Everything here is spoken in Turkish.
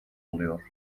oluyor